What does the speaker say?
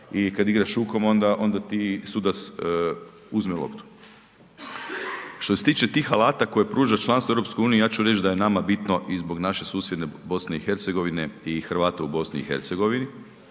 i kad igraš rukom onda ti sudac uzme loptu. Što se tiče tih alata koje pruža članstvo u EU ja ću reći da je nama bitno i zbog naše susjedne BiH i Hrvata u BiH,